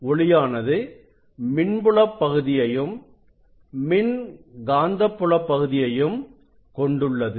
ஒளியானது மின்புலப் பகுதியையும் மின்காந்தப்புல பகுதியையும் கொண்டுள்ளது